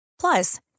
Plus